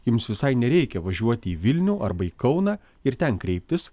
jums visai nereikia važiuoti į vilnių arba į kauną ir ten kreiptis